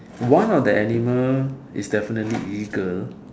one of the animal is definitely eagle